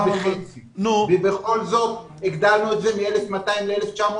בכל זאת הגדלנו את זה מ-1,200 ל-1,900